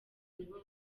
nibo